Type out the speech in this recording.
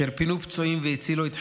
אשר פינו פצועים והצילו את חייהם,